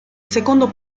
secondo